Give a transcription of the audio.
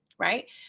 Right